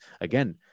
again